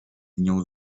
nią